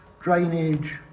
drainage